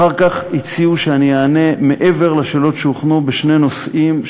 אחר כך הציעו שאענה מעבר לשאלות שהוכנו בשני נושאים,